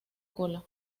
cola